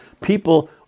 people